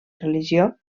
religió